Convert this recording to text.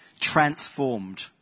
transformed